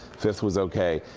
fifth was okay.